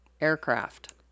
aircraft